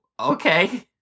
okay